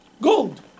Gold